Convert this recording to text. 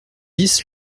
bis